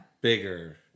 bigger